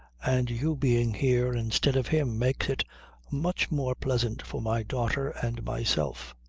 and you being here instead of him makes it much more pleasant for my daughter and myself.